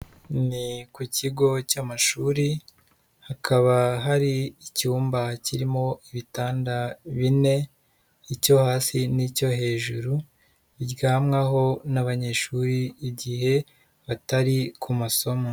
Ni ku kigo cy'amashuri, hakaba hari icyumba kirimo ibitanda bine, icyo hasi n'icyo hejuru, biryamwaho n'abanyeshuri igihe batari ku masomo.